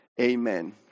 amen